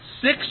six